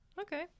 Okay